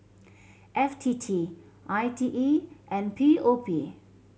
F T T I T E and P O P